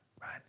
right